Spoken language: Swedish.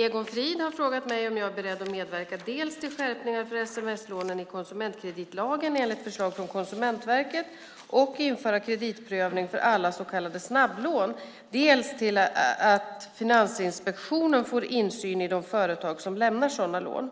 Egon Frid har frågat mig om jag är beredd att medverka dels till skärpningar för sms-lånen i konsumentkreditlagen enligt förslag från Konsumentverket och införa kreditprövning för alla så kallade snabblån, dels till att Finansinspektionen får insyn i de företag som lämnar sådana lån.